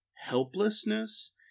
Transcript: helplessness